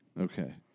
Okay